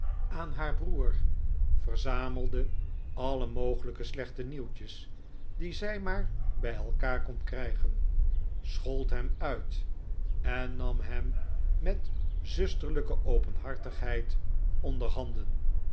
aan haar broer verzamelde alle mogelijke slechte nieuwtjes die zij maar bij elkaar kon krijgen schold hem uit en nam hem met zusterlijke openhartigheid onderhanden